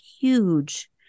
huge